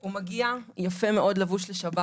הוא מגיע יפה מאוד לבוש לשבת.